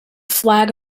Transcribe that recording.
flag